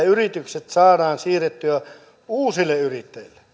yritykset saadaan siirrettyä uusille yrittäjille